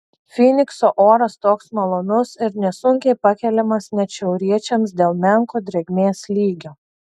fynikso oras toks malonus ir nesunkiai pakeliamas net šiauriečiams dėl menko drėgmės lygio